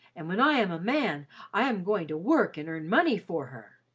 and when i am a man i am going to work and earn money for her.